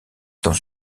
dans